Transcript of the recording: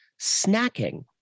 snacking